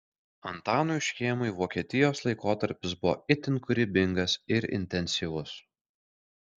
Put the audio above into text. antanui škėmai vokietijos laikotarpis buvo itin kūrybingas ir intensyvus